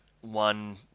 one